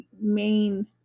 main